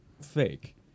fake